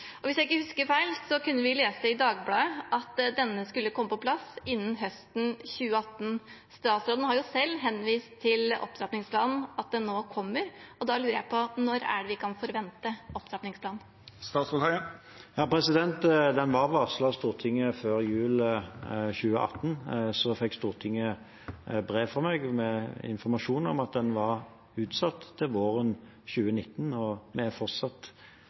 Hvis jeg ikke husker feil, kunne vi lese i Dagbladet at denne skulle komme på plass innen høsten 2018. Statsråden har selv henvist til opptrappingsplanen, at den nå kommer, og da lurer jeg på: Når er det vi kan forvente opptrappingsplanen? Den var varslet Stortinget før jul 2018. Så fikk Stortinget brev fra meg med informasjon om at den var utsatt til våren 2019, og det er fortsatt